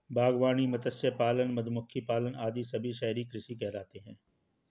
बागवानी, मत्स्य पालन, मधुमक्खी पालन आदि सभी शहरी कृषि कहलाते हैं